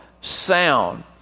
sound